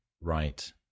Right